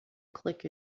click